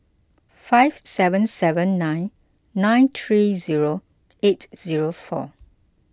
five seven seven nine nine three zero eight zero four